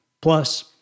Plus